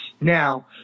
Now